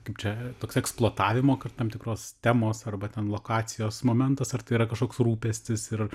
kaip čia toks eksploatavimo kad tam tikros temos arba ten lokacijos momentas ar tai yra kažkoks rūpestis ir